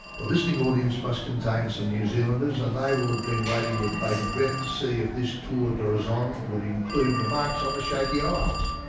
the listening audience must contain some new zealanders and they will have been waiting with bated breath to see if this tour d'horizon would include remarks on the shaky isles.